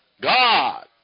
God